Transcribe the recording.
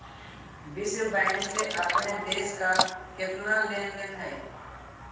विश्व बैंक से अपने देश का केतना लें देन हई